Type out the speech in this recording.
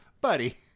Buddy